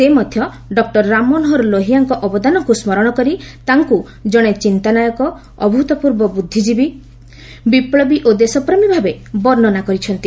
ସେ ମଧ୍ୟ ଡକ୍ଟର ରାମମନୋହର ଲୋହିଆଙ୍କ ଅବଦାନକୁ ସ୍କରଣ କରି ତାଙ୍କୁ ଜଣେ ଚିନ୍ତାନାୟକ ଅଭୃତ୍ପୂର୍ବ ବୁଦ୍ଧିଜୀବୀ ବିପ୍ଲବୀ ଓ ଦେଶପ୍ରେମୀଭାବେ ବର୍ଷନା କରିଛନ୍ତି